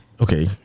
Okay